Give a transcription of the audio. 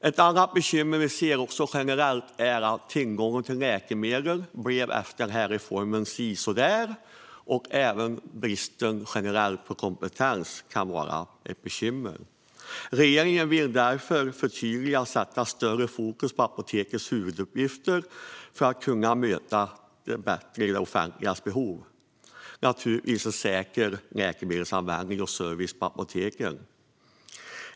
Ett annat bekymmer som vi ser generellt är att tillgången till läkemedel blev sisådär efter reformen. Även generell brist på kompetens kan vara ett bekymmer. Regeringen vill därför förtydliga och sätta större fokus på apotekens huvuduppgifter för att bättre kunna möta det offentligas behov av en säker läkemedelsanvändning och service på apotek.